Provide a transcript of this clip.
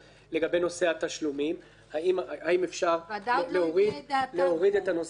לגבי נושא התשלומים האם ניתן להוריד את הנושא הזה.